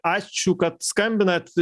ačiū kad skambinat